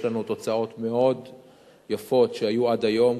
ויש לנו תוצאות מאוד יפות עד היום.